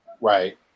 Right